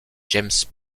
james